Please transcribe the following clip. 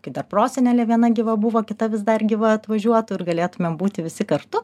kai dar prosenelė viena gyva buvo kita vis dar gyva atvažiuotų ir galėtumėm būti visi kartu